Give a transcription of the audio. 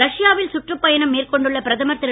ரஷ்யாவில் சுற்றுப்பயணம் மேற்கொண்டுள்ள பிரதமர் திரு